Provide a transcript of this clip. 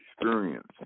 experience